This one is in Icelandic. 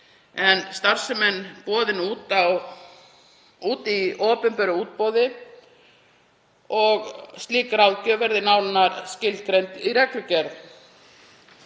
en starfsemin boðin út í opinberu útboði. Slík ráðgjöf verði nánar skilgreind í reglugerð.